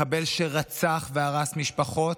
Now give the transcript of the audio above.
מחבל שרצח והרס משפחות,